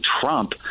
Trump